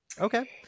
Okay